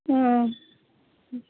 ம் ஆ ம்